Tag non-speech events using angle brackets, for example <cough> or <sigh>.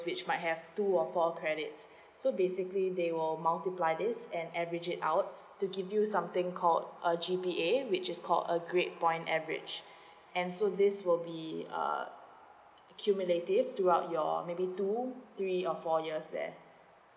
which might have two or four credits <breath> so basically they will multiply this and average it out to give you something called uh G_P_A which is called a grade point average and so this will be uh cumulative throughout your maybe two three or four years there